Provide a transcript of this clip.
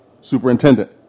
superintendent